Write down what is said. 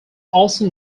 also